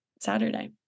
Saturday